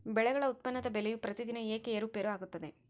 ಬೆಳೆಗಳ ಉತ್ಪನ್ನದ ಬೆಲೆಯು ಪ್ರತಿದಿನ ಏಕೆ ಏರುಪೇರು ಆಗುತ್ತದೆ?